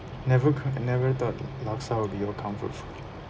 never c~ I never thought laksa will be your comfort food